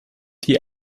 die